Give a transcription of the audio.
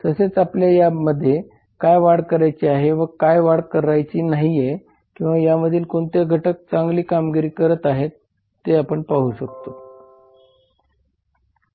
तसेच आपल्याला यामध्ये काय वाढ करायची आहे व काय वाढ करायची नाहीये किंवा यामधील कोणते घटक चांगली कामगिरी करत आहेत हे आपण पाहू शकतोत